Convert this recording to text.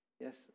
Yes